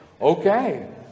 Okay